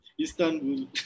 Istanbul